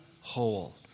whole